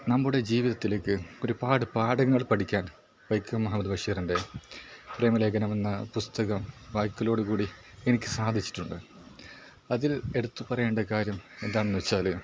നമ്മുടെ ജീവിതത്തിലേക്ക് ഒരുപാട് പാഠങ്ങൾ പഠിക്കാൻ വൈക്കം മുഹമ്മദ് ബഷീറിൻ്റെ പ്രമേലഖനം എന്ന പുസ്തകം വായിക്കലോടു കൂടി എനിക്ക് സാധിച്ചിട്ടുണ്ട് അതിൽ എടുത്ത് പറയേണ്ട കാര്യം എന്താണെന്ന് വച്ചാൽ